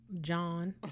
John